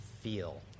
feel